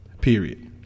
Period